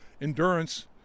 endurance